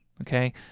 okay